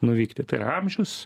nuvykti tai yra amžius